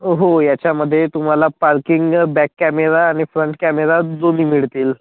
हो ह्याच्यामध्ये तुम्हाला पार्किंग बॅक कॅमेरा आणि फ्रंट कॅमेरा दोम्ही मिळतील